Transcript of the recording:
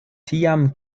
tiam